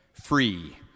Free